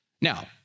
Now